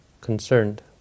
concerned